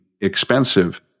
expensive